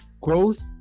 growth